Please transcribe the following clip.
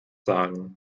sagen